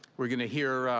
we're going to hear,